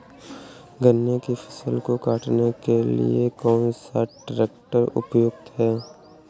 गन्ने की फसल को काटने के लिए कौन सा ट्रैक्टर उपयुक्त है?